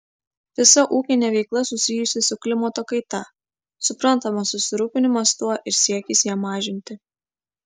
visa ūkinė veikla susijusi su klimato kaita suprantamas susirūpinimas tuo ir siekis ją mažinti